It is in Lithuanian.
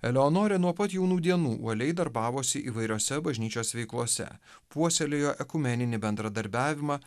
eleonorė nuo pat jaunų dienų uoliai darbavosi įvairiose bažnyčios veiklose puoselėjo ekumeninį bendradarbiavimą